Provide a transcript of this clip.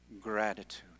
gratitude